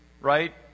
right